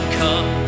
come